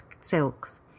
silks